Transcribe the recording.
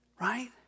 right